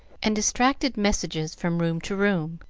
and distracted messages from room to room.